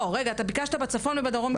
לא, רגע, אתה ביקשת בצפון ובדרום.